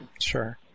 Sure